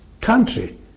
Country